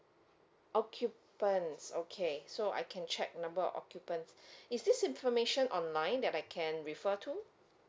occupants okay so I can check number of occupants is this information online that I can refer to